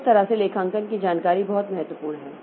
तो इस तरह से लेखांकन की जानकारी बहुत महत्वपूर्ण है